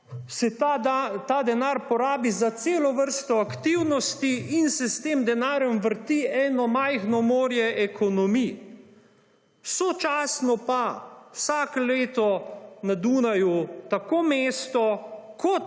se ta denar porabi za celo vrsto aktivnosti in se s tem denarjem vrti eno majhno morje ekonomij. Sočasno pa vsako leto na Dunaju tako mesto